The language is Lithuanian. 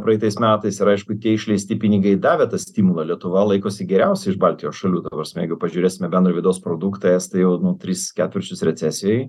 praeitais metais ir aišku tie išleisti pinigai davė tą stimulą lietuva laikosi geriausia iš baltijos šalių ta prasme jeigu pažiūrėsime bendrą vidaus produktą estai jau nu tris ketvirčius recesijoj